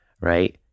right